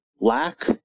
lack